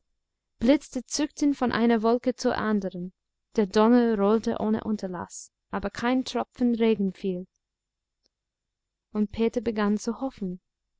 blitze zuckten von einer wolke zur anderen der donner rollte ohne unterlaß aber kein tropfen regen fiel und peter begann zu hoffen